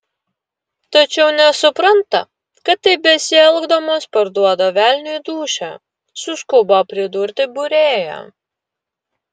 tačiau nesupranta kad taip besielgdamos parduoda velniui dūšią suskubo pridurti būrėja